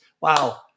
Wow